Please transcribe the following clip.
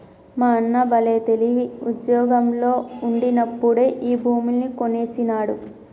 మా అన్న బల్లే తెలివి, ఉజ్జోగంలో ఉండినప్పుడే ఈ భూములన్నీ కొనేసినాడు